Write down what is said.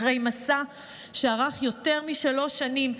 אחרי מסע שארך יותר משלוש שנים,